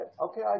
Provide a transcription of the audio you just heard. Okay